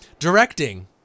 Directing